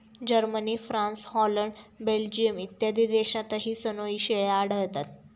Germany, France, Holland, Belgium इत्यादी देशांतही सनोई शेळ्या आढळतात